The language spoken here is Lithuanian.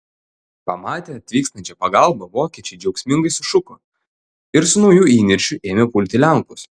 pamatę atvykstančią pagalbą vokiečiai džiaugsmingai sušuko ir su nauju įniršiu ėmė pulti lenkus